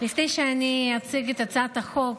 לפני שאציג את הצעת החוק